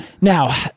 Now